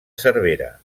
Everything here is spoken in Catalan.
cervera